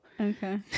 okay